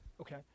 okay